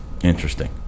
interesting